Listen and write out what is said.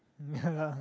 ya lah